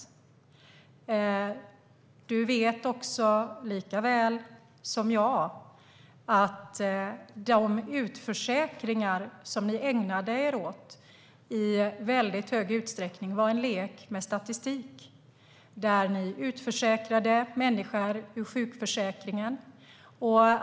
Johan Forssell vet likaväl som jag att de utförsäkringar som ni ägnade er åt i hög utsträckning var en lek med statistik. Ni utförsäkrade människor ur sjukförsäkringen.